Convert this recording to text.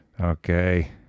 Okay